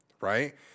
right